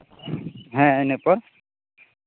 ᱦᱮᱸ ᱤᱱᱟᱹ ᱯᱚᱨ